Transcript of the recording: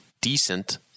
decent